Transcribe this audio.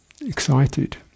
excited